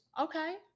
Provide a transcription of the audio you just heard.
okay